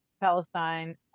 Palestine